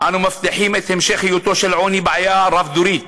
אנו מבטיחים את המשך היותו של העוני בעיה רב-דורית